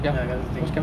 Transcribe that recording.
ya that's the thing